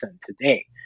today